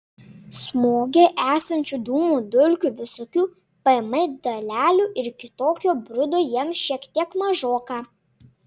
smoge esančių dūmų dulkių visokių pm dalelių ir kitokio brudo jiems šiek tiek mažoka